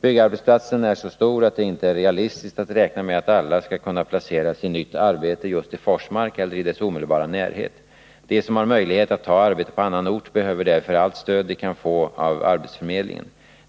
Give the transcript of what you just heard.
Byggarbetsplatsen är så stor att det inte är realistiskt att räkna med att alla skall kunna placeras i nytt arbete just i Forsmark eller dess omedelbara närhet. De som har möjlighet att ta arbete på annan ort behöver därför allt stöd de kan få av arbetsförmedlingen.